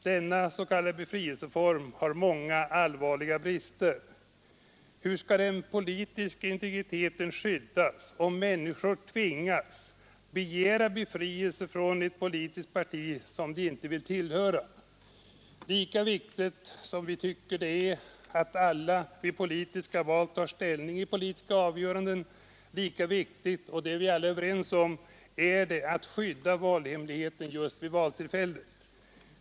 Denna s.k. befrielseform har många allvarliga brister. Hur skall den politiska integriteten skyddas, om människorna tvingas begära befrielse från ett politiskt parti som de inte vill tillhöra? Lika viktigt som vi tycker det är att alla vid politiska val tar ställning i politiska avgöranden lika viktigt är det — och det är vi överens om — att skydda valhemligheten vid valtillfället.